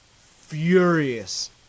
furious